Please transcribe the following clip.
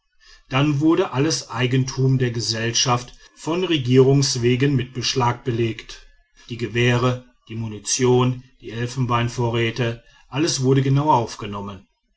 dann wurde alles eigentum der gesellschaft von regierungs wegen mit beschlag belegt die gewehre die munition die elfenbeinvorräte alles wurde genau aufgenommen